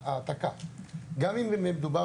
גם אם מדובר